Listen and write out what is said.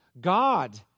God